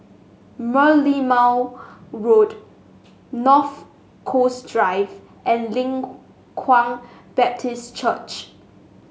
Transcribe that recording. Merlimau Road North Coast Drive and Leng Kwang Baptist Church